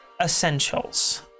essentials